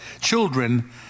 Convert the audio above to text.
children